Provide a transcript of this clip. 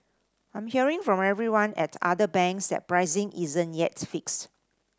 I'm hearing from everyone at other banks that pricing isn't yet fixed